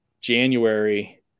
January